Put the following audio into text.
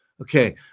Okay